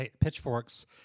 Pitchforks